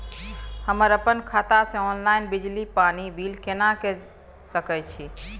हम अपन खाता से ऑनलाइन बिजली पानी बिल केना के सकै छी?